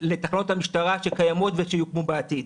לתחנות המשטרה שקיימות ושיוקמו בעתיד.